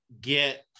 get